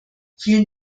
vielen